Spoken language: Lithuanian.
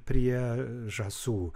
prie žąsų